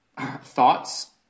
thoughts